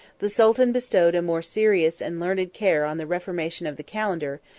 the sultan bestowed a more serious and learned care on the reformation of the calendar,